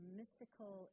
mystical